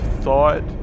thought